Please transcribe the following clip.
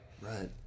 Right